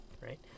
right